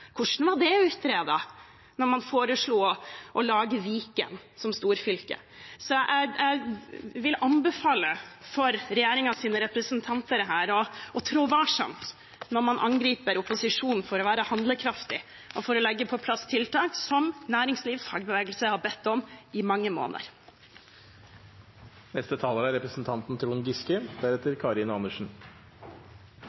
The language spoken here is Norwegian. Hvordan ble det utredet da man foreslo å lage Viken som storfylke? Jeg vil anbefale regjeringspartienes representanter å trå varsomt når man angriper opposisjonen for å være handlekraftig og legge på plass tiltak som næringsliv og fagbevegelse har bedt om i mange måneder.